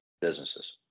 businesses